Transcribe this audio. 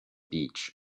beach